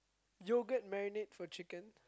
yogurt marinade for chicken